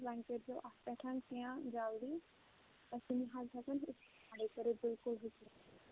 وۅنۍ کٔرۍزیٚو اتھ پیٹھ کیٚنٛہہ جلدٕے أسۍ چھِنہٕ حظ ہیٚکَن اِستعمالٕے کٔرِتھ بِلکُل ہے کیٚنٛہہ